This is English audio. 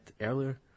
earlier